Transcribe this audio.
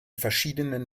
verschiedenen